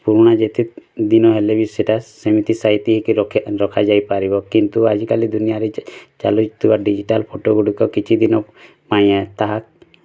ପୁରୁଣା ଯେତେ ଦିନ ହେଲେ ବି ସେଇଟା ସେମିତି ସାଇତି ହେଇକି ରଖାଯାଇ ପାରିବ କିନ୍ତୁ ଆଜିକାଲି ଦୁନିଆରେ ଚାଲୁ ଥିବା ଡିଜିଟାଲ୍ ପଟୋ ଗୁଡ଼ିକ କିଛି ଦିନ ପାଇଁ ତାହା